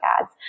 ads